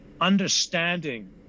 understanding